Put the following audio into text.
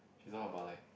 it's all about like